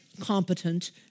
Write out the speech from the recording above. competent